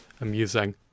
amusing